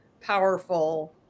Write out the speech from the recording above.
powerful